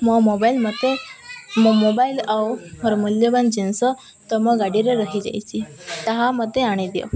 ମୋ ମୋବାଇଲ୍ ମୋତେ ମୋ ମୋବାଇଲ୍ ଆଉ ମୋର ମୂଲ୍ୟବାନ ଜିନିଷ ତମ ଗାଡ଼ିରେ ରହିଯାଇଛି ତାହା ମୋତେ ଆଣିଦିଅ